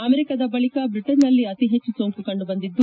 ಅಮೆರಿಕದ ಬಳಿಕ ಬ್ರಿಟನ್ನಲ್ಲಿ ಅತಿಹೆಚ್ಚು ಸೋಂಕು ಕಂಡುಬಂದಿದ್ದು